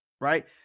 Right